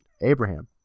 Abraham